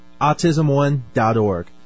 autismone.org